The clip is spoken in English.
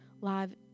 live